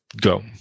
Go